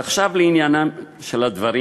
ועכשיו לעניינם של הדברים.